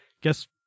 guess